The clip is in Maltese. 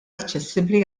aċċessibbli